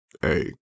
hey